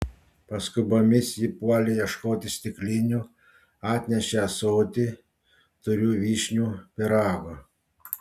paskubomis ji puolė ieškoti stiklinių atnešė ąsotį turiu vyšnių pyrago